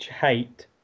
hate